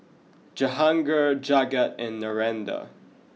Jehangirr Jagat and Narendra